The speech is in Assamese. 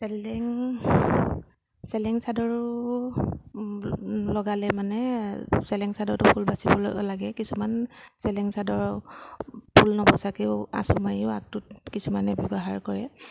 চেলেং চেলেং চাদৰো লগালে মানে চেলেং চাদৰটো ফুল বাচিব লাগে কিছুমান চেলেং চাদৰ ফুল নবচাকৈও আঁচু মাৰিও আগটোত কিছুমানে ব্যৱহাৰ কৰে